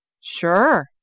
Sure